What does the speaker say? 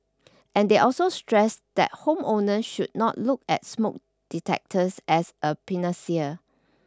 and they also stressed that home owners should not look at smoke detectors as a panacea